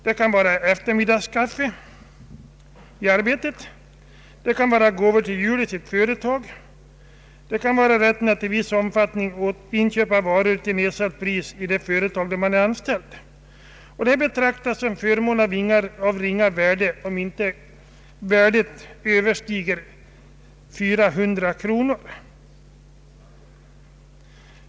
Det kan vara eftermiddagskaffe i arbetet, det kan vara gåvor till jul från företaget, och det kan vara rätten att få inköpa varor till nedsatt pris vid det företag där man är anställd. Det betraktas som förmåner av ringa värde om beloppet inte överstiger 400 kronor.